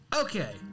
Okay